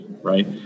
right